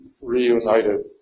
reunited